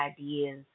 ideas